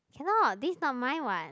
cannot this not mine what